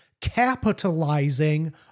capitalizing